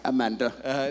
Amanda